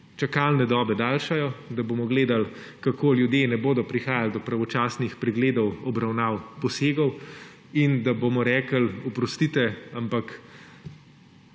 čakalne dobe daljšajo, da bomo gledali, kako ljudje ne bodo prihajali do pravočasnih pregledov, obravnav, posegov, in da bomo rekli – oprostite, ampak